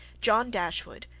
john dashwood,